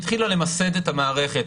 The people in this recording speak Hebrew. היא התחילה למסד את המערכת,